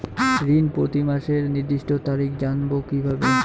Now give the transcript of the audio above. ঋণ প্রতিমাসের নির্দিষ্ট তারিখ জানবো কিভাবে?